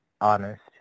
honest